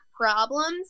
problems